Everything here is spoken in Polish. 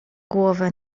głowę